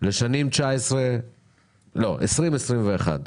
לשנים 20'-21':